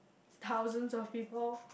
thousands of people